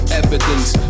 evidence